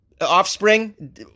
offspring